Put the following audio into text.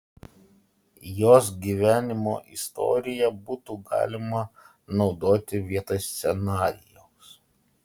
jos gyvenimo istoriją būtų galima naudoti vietoj scenarijaus